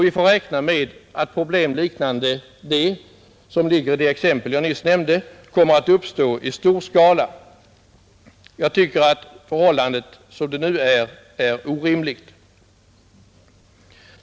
Vi får räkna med att problem liknande det jag nyss nämnde kommer att uppstå i stor skala. Jag tycker de nuvarande förhållandena är orimliga.